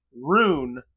rune